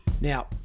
Now